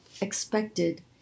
expected